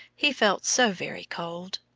he felt so very cold.